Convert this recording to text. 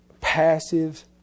passive